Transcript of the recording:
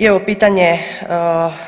I evo pitanje